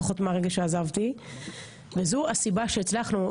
זאת הסיבה שהצלחנו.